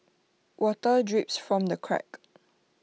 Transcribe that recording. water drips from the cracks